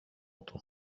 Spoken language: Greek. του